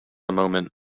moment